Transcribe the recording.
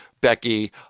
Becky